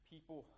People